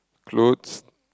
clothes